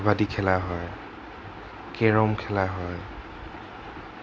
কাবাডী খেলা হয় কেৰম খেলা হয়